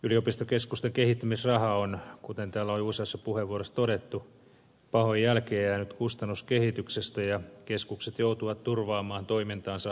yliopistokeskusten kehittymisraha on kuten täällä on jo useassa puheenvuorossa todettu jäänyt pahoin jälkeen kustannuskehityksestä ja keskukset joutuvat turvaamaan toimintansa hankerahoitukseen